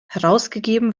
herausgegeben